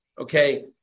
okay